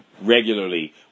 regularly